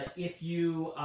if you